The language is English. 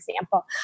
example